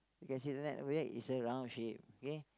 you can the net over there is a round shape okay